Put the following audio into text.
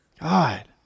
God